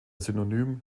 synonym